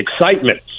excitement